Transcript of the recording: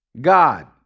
God